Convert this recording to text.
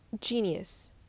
Genius